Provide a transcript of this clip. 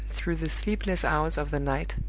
through the sleepless hours of the night,